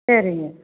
சரிங்க